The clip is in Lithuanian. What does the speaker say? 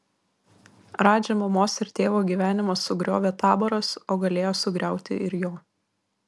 radži mamos ir tėvo gyvenimą sugriovė taboras o galėjo sugriauti ir jo